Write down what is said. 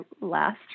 last